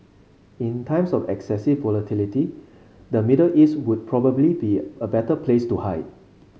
in times of excessive volatility the Middle East would probably be a better place to hide